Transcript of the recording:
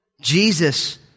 Jesus